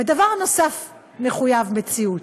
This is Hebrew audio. ודבר נוסף מחויב מציאות,